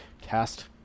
cast